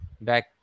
back